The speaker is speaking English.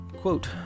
quote